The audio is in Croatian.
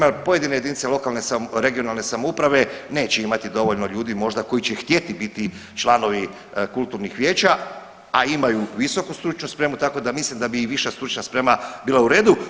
Jer pojedine jedinice lokalne regionalne samouprave neće imati dovoljno ljudi možda koji će htjeti biti članovi kulturnih vijeća, a imaju visoku stručnu spremu tako da mislim da bi i viša stručna sprema bila u redu.